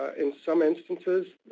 ah in some instances,